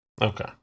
Okay